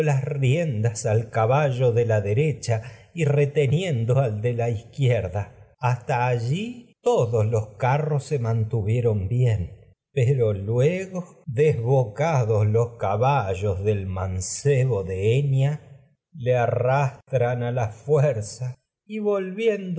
las riendas al caballo de la el cubo soltando reteniendo al derecha y caí ros de la izquierda hasta allí todos los pero se mantuvieron bien de luego desbocados le el los caba llos del mancebo enia en arrastran a la fuerza y volviéndose